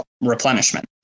replenishment